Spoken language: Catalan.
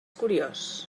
curiós